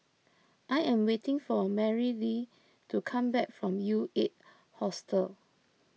I am waiting for Marylee to come back from U eight Hostel